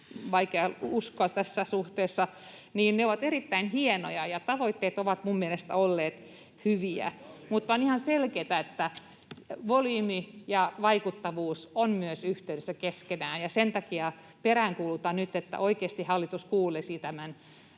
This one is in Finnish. vaikea uskoa tässä suhteessa — ne ovat erittäin hienoja. Tavoitteet ovat minun mielestäni olleet hyviä, mutta on ihan selkeätä, että volyymi ja vaikuttavuus ovat myös yhteydessä keskenään, ja sen takia peräänkuulutan nyt, että hallitus oikeasti kuulisi tämän